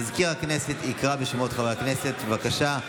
מזכיר הכנסת יקרא בשמות חברי הכנסת, בבקשה.